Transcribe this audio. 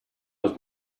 was